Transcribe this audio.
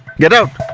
get out!